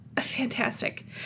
Fantastic